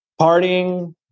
partying